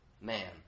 man